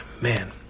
man